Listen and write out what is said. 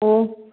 ꯑꯣ